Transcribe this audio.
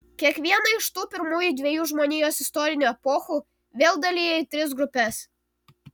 kiekvieną iš tų pirmųjų dviejų žmonijos istorinių epochų vėl dalija į tris grupes